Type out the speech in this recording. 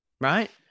Right